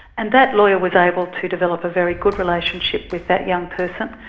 and that lawyer was able to develop a very good relationship with that young person,